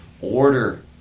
order